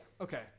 Okay